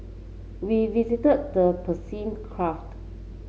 we visited the